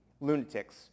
lunatics